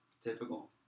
Typical